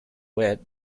wat